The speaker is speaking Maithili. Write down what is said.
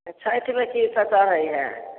तऽ छठिमे की सब चढ़ैत हए